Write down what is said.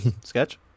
Sketch